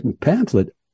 pamphlet